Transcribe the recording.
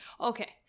okay